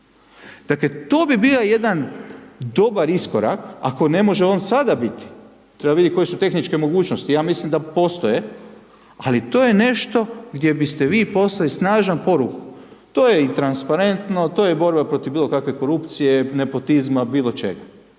Dakle, to bi bio jedan dobar iskorak, ako ne može on sada biti, treba vidjeti koje su tehničke mogućnosti, ja mislim da postoje, ali to je nešto gdje biste vi poslali snažnu poruku, to je i transparentno, to je borba protiv bilo kakve korupcije, nepotizma, bilo čega